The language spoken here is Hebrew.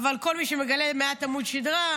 אבל כל מי שמגלה מעט עמוד שדרה,